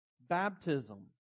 baptism